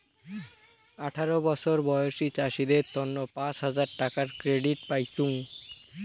আঠারো বছর বয়সী চাষীদের তন্ন পাঁচ হাজার টাকার ক্রেডিট পাইচুঙ